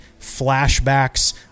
flashbacks